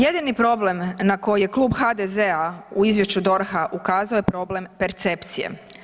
Jedini problem na koji je Klub HDZ-a u izvješću DORH-a ukazao je problem percepcije.